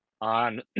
on